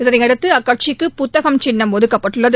இதனையடுத்து அக்கட்சிக்கு புத்தகம் சின்னம் ஒதுக்கப்பட்டுள்ளது